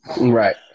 right